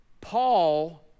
Paul